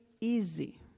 easy